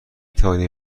توانی